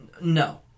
No